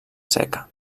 seca